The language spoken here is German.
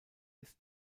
ist